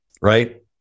Right